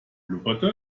blubberte